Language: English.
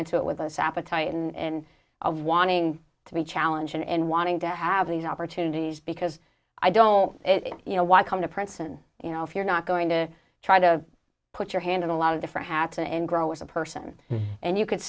into it with us appetite and of wanting to be challenging and wanting to have these opportunities because i don't you know why i come to princeton you know if you're not going to try to put your hand in a lot of different hats and grow as a person and you c